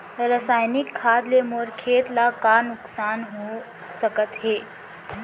रसायनिक खाद ले मोर खेत ला का नुकसान हो सकत हे?